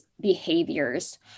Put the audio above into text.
behaviors